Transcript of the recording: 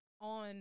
on